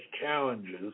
challenges